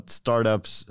startups